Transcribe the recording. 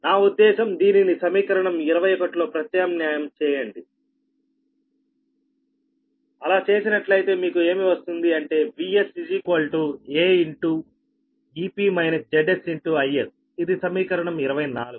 నా ఉద్దేశం దీనిని సమీకరణం 21లో ప్రత్యామ్నాయం చేయండి అలా చేసినట్లయితే మీకు ఏమి వస్తుంది అంటే VsaEp Zs Isఇది సమీకరణం 24